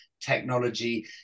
technology